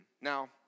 Now